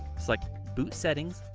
select boot settings,